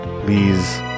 Please